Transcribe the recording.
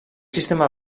sistema